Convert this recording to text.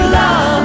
love